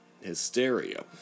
hysteria